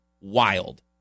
wild